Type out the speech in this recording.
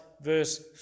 verse